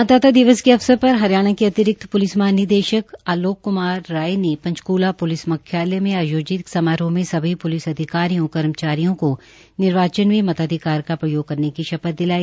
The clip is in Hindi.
मतदाता दिवस के अवसर पर हरियाणा के अतिरिक्त प्लिस महानिदेशक आलोक क्मार राय ने पंचकल्ग प्लिस म्ख्यालय में आयोजित एक समारोह में सभी प्लिस अधिकारियों कर्मचारियों को निर्वाचन में मताधिकार का प्रयोग करने की शपथ दिलाई